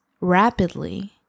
rapidly